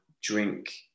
drink